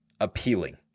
appealing